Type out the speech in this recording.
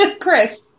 Chris